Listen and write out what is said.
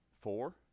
four